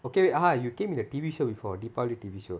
okay ah you came in the T_V show before deepavali T_V show